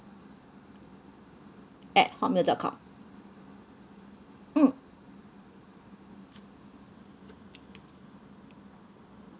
at hotmail dot com mm